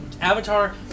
Avatar